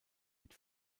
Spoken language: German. mit